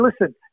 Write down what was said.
listen